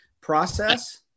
process